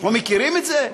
לא מכירים את זה?